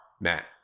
matt